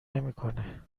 نمیکنه